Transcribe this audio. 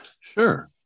Sure